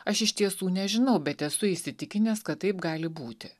aš iš tiesų nežinau bet esu įsitikinęs kad taip gali būti